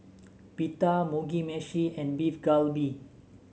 Pita Mugi Meshi and Beef Galbi